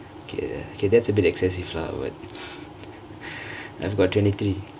okay okay that's a bit excessive lah I've got twenty three